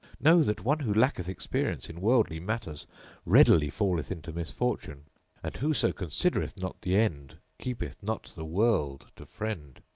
know that one who lacketh experience in worldly matters readily falleth into misfortune and whoso considereth not the end keepeth not the world to friend,